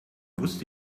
wusste